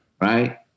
right